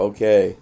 Okay